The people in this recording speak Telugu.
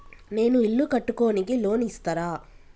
నేను ఇల్లు కట్టుకోనికి లోన్ ఇస్తరా?